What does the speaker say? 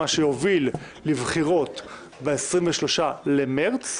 מה שיוביל לבחירות ב-23 במרץ,